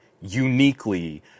uniquely